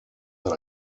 but